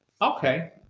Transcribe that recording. Okay